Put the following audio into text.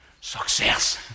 success